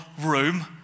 room